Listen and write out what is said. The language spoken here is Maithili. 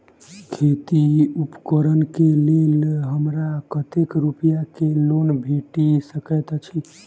खेती उपकरण केँ लेल हमरा कतेक रूपया केँ लोन भेटि सकैत अछि?